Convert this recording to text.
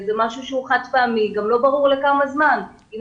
זה משהו שהוא חד-פעמי ולא ברור לכמה זמן והאם